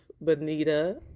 Bonita